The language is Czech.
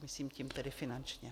Myslím tím tedy finančně?